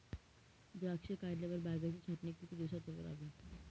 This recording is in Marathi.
द्राक्षे काढल्यावर बागेची छाटणी किती दिवसात करावी?